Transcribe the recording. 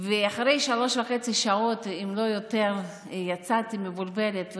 ואחרי 3.5 שעות, אם לא יותר, יצאתי מבולבלת.